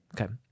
Okay